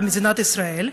במדינת ישראל,